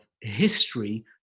history